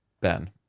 Ben